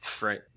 Right